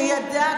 שידע,